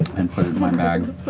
and put it in my bag,